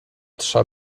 trza